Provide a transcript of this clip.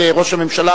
לראש הממשלה,